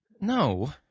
No